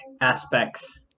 aspects